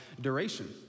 duration